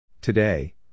Today